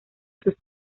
sus